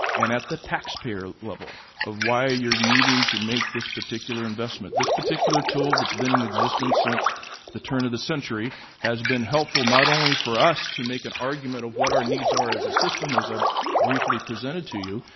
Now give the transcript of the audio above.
and at the taxpayer level of why you're needing to make this particular investment. this particular tool that's been in existence since the turn of the century has been helpful not only for us to make an argument of what our needs are as a system, as i briefly presented to you,